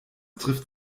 trifft